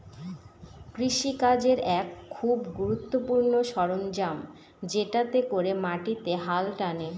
কৃষি কাজের এক খুব গুরুত্বপূর্ণ সরঞ্জাম যেটাতে করে মাটিতে হাল টানে